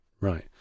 right